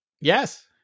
Yes